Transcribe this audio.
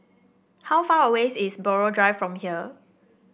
how far away is Buroh Drive from here